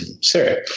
Syria